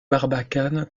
barbacane